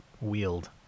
wield